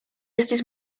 estis